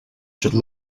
should